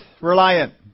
reliant